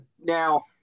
Now